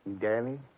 Danny